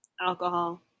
alcohol